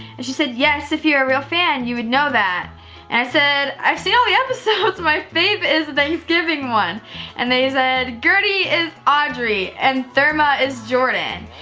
and she said yes, if you're a real fan you would know that and i said i've seen all the episodes my fav is the thanksgiving one and they said gertie is audrey and therma is jordan.